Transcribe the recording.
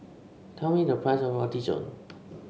tell me the price of Roti John